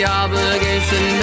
obligation